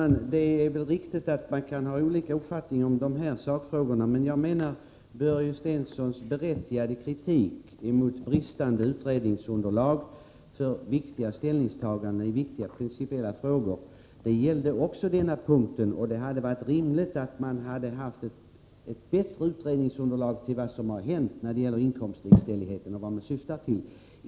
Herr talman! Det är riktigt att man kan ha olika upfattningar om de här sakfrågorna, men jag menar att Börje Stenssons berättigade kritik mot bristande utredningsunderlag i vad gäller ställningstaganden i viktiga principiella frågor gällde också denna punkt. Det hade varit rimligt med ett bättre utredningsunderlag beträffande inkomstlikställigheten och det mål man syftar till.